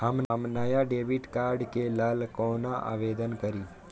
हम नया debit card के लल कौना आवेदन करि?